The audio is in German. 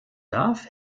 darf